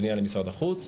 פנייה למשרד החוץ,